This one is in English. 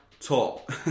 top